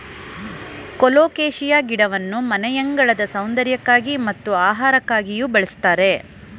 colocasia ಗಿಡವನ್ನು ಮನೆಯಂಗಳದ ಸೌಂದರ್ಯಕ್ಕಾಗಿ ಮತ್ತು ಆಹಾರಕ್ಕಾಗಿಯೂ ಬಳ್ಸತ್ತರೆ